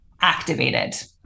activated